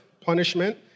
punishment